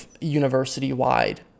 university-wide